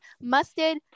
mustard